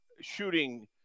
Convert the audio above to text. shooting